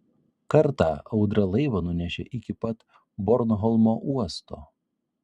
kartą audra laivą nunešė iki pat bornholmo uosto